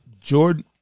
Jordan